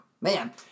Man